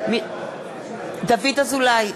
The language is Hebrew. דוד אזולאי,